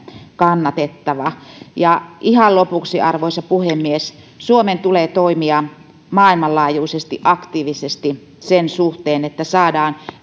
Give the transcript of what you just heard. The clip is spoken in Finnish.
kannatettava ihan lopuksi arvoisa puhemies suomen tulee toimia maailmanlaajuisesti aktiivisesti sen suhteen että saadaan